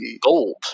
gold